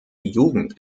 jugend